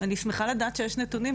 אני שמחה לדעת שיש נתונים.